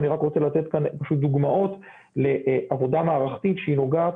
אני רק רוצה לתת כאן פשוט דוגמאות לעבודה מערכתית שנוגעת,